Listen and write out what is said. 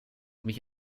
mich